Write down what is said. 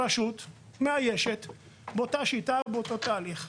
הרשות מאיישת באותה שיטה ובאותו תהליך.